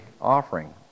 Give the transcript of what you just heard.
offering